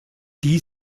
die